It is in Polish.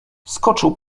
skoczył